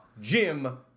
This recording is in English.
Jim